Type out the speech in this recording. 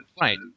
Right